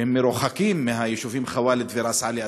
המרוחקים מהיישובים ח'וואלד וראס עלי.